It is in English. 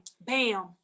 Bam